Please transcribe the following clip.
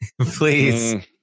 please